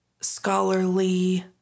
scholarly